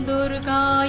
Durga